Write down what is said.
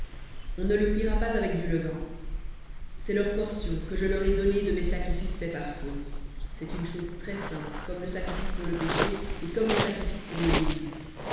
on ne le cuira pas avec du levain c'est leur portion que je leur ai donnée de mes sacrifices faits par feu c'est une chose très-sainte comme le sacrifice pour le péché et comme le sacrifice pour le délit